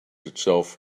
itself